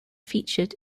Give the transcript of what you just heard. featured